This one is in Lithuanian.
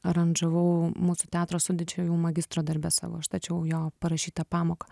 aranžavau mūsų teatro sudėč čia jau magistro darbe savo aš stačiau jo parašytą pamoką